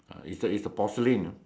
uh is is a porcelain